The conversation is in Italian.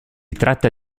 tratta